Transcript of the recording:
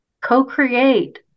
co-create